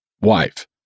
wife